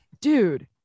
Dude